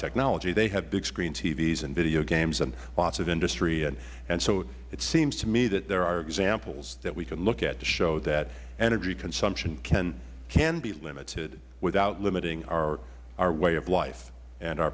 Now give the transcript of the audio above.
technology they have big screen tvs and video games and lots of industry and so it seems to me that there are examples that we can look at to show that energy consumption can be limited without limiting our way of life and our